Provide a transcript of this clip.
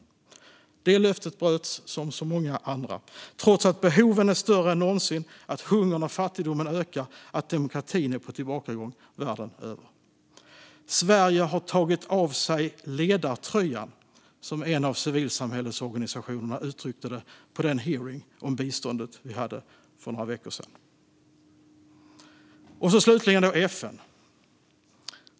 Också detta löfte bröts, som så många andra, trots att behoven är större än någonsin, hungern och fattigdomen ökar och demokratin är på tillbakagång världen över. Sverige har tagit av sig ledartröjan, uttryckte en av civilsamhällesorganisationerna det på den hearing om biståndet som vi hade för några veckor sedan. Och så har vi FN.